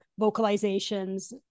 vocalizations